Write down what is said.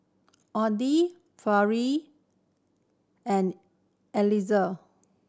Audie and Eliezer